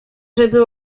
żeby